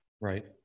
Right